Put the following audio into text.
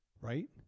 right